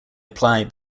apply